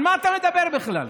על מה אתה מדבר בכלל?